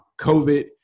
COVID